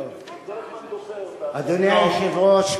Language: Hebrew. אדוני היושב-ראש,